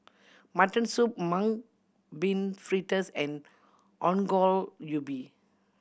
mutton soup Mung Bean Fritters and Ongol Ubi